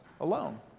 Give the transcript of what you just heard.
alone